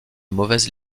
mauvaise